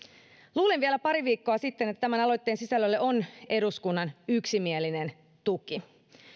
luulin vielä pari viikkoa sitten että tämän aloitteen sisällölle on eduskunnan yksimielinen tuki se